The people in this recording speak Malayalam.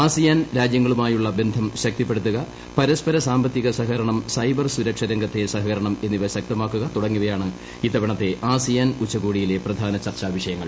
ആസിയാൻ രാജ്യങ്ങളുമായുള്ള ബന്ധം ശക്തിപ്പെടുത്തുക പരസ്പര സാമ്പത്തിക സഹകരണം സൈബർ സുരക്ഷ രംഗത്തെ സഹകരണം എന്നിവ ശക്തമാക്കുക തുടങ്ങിയവയാണ് ഇത്തവണത്തെ ആസിയാൻ ഉച്ചകോടിയിലെ പ്രധാന ചർച്ചാ വിഷയങ്ങൾ